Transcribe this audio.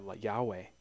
Yahweh